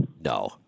No